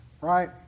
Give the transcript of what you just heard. Right